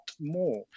more